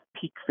peak